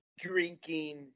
drinking